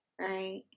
Right